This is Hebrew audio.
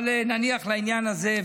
אבל נניח לעניין הזה.